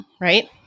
Right